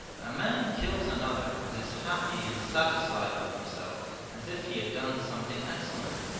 a man kills another and is happy and satisfied with himself as if he had done something excellent.